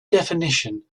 definition